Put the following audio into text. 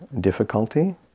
difficulty